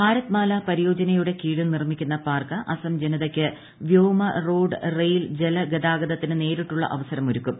ഭാരത് മാല പരിയോജനയുടെ കീഴിൽ നിർമ്മിക്കുന്ന പാർക്ക് അസം ജനതയ്ക്ക് വ്യോമ റോഡ് റെയിൽ ജലഗതാഗതത്തിന് നേരിട്ടുള്ള അവസരമൊരുക്കും